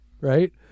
right